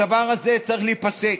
הדבר הזה צריך להיפסק.